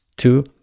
two